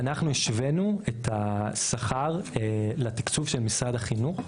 אנחנו השוונו את השכר לתקצוב של משרד החינוך.